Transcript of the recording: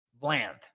Bland